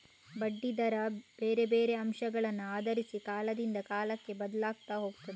ಬಡ್ಡಿ ದರ ಬೇರೆ ಬೇರೆ ಅಂಶಗಳನ್ನ ಆಧರಿಸಿ ಕಾಲದಿಂದ ಕಾಲಕ್ಕೆ ಬದ್ಲಾಗ್ತಾ ಹೋಗ್ತದೆ